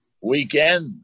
weekend